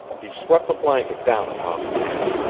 he swept the blanket down upon the man,